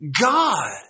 God